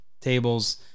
tables